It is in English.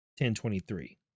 1023